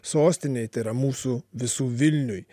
sostinei tai yra mūsų visų vilniui